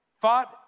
fought